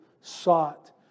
sought